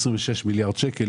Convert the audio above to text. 26 מיליארד שקל,